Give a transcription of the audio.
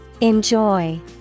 Enjoy